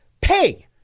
pay